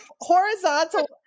horizontal